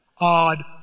Odd